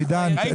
עידן,